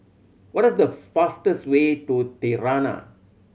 what is the fastest way to Tirana